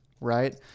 right